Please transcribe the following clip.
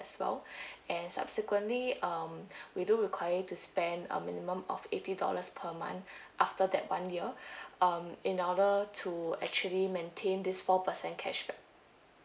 as well and subsequently um we do required you to spend a minimum of eighty dollars per month after that one year um in order to actually maintain this four percent cashback